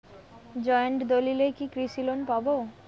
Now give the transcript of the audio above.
Joint দলিলে কি কৃষি লোন পাব?